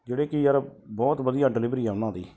ਜਿਹੜੀ ਕਿ ਯਾਰ ਬਹੁਤ ਵਧੀਆ ਡਿਲੀਵਰੀ ਆ ਉਹਨਾਂ ਦੀ